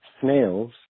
snails